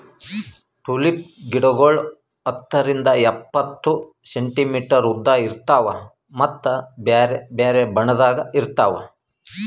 tulip ಗಿಡಗೊಳ್ ಹತ್ತರಿಂದ್ ಎಪ್ಪತ್ತು ಸೆಂಟಿಮೀಟರ್ ಉದ್ದ ಇರ್ತಾವ್ ಮತ್ತ ಬ್ಯಾರೆ ಬ್ಯಾರೆ ಬಣ್ಣದಾಗ್ ಇರ್ತಾವ್